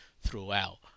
throughout